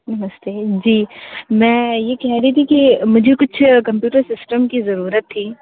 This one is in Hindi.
नमस्ते जी मैं ये कह रही थी कि मुझे कुछ कंप्यूटर सिस्टम की जरूरत थी